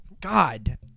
God